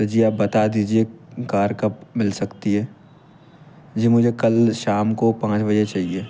तो जी आप बता दीजिए कार कब मिल सकती है जी मुझे कल शाम को पाँच बजे चाहिए